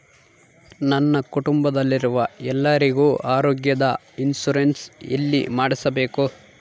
ನನ್ನ ಕುಟುಂಬದಲ್ಲಿರುವ ಎಲ್ಲರಿಗೂ ಆರೋಗ್ಯದ ಇನ್ಶೂರೆನ್ಸ್ ಎಲ್ಲಿ ಮಾಡಿಸಬೇಕು?